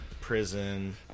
Prison